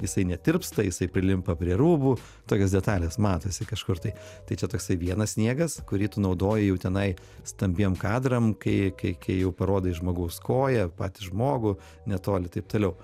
jisai netirpsta jisai prilimpa prie rūbų tokios detalės matosi kažkur tai tai čia toksai vienas sniegas kurį tu naudoji jau tenai stambiem kadram kai kai kai jau parodai žmogaus koją patį žmogų netoli taip toliau